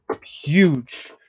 huge